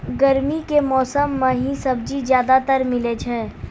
गर्मी के मौसम मं है सब्जी ज्यादातर मिलै छै